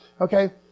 okay